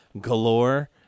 galore